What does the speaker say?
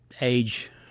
age